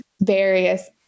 various